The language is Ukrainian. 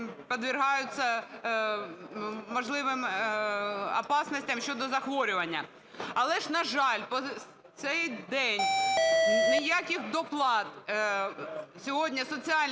подвергаются можливим опасностям щодо захворювання. Але ж, на жаль, по цей день ніяких доплат сьогодні соціальні